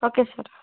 okay sir